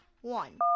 One